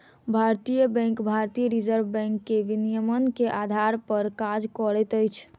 भारतीय बैंक भारतीय reserve bank के विनियमन के आधार पर काज करैत अछि